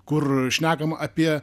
kur šnekama apie